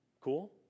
Cool